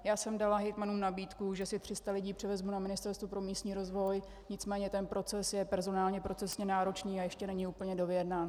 Já jsem dala hejtmanům nabídku, že si 300 lidí převezmu na Ministerstvo pro místní rozvoj, nicméně ten proces je personálně procesně náročný a ještě není úplně dovyjednán.